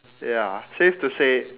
ya safe to say